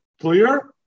Clear